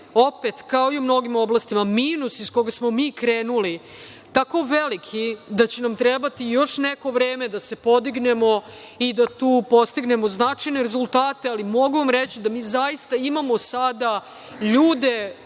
opet kao i u mnogim oblastima minus iz koga smo mi krenuli tako veliki da će nam trebati još neko vreme da se podignemo i da tu postignemo značajne rezultate, ali mogu vam reći da mi zaista imamo sada ljude,